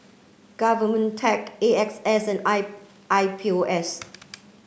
GOVTECH A X S and I I P O S